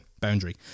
boundary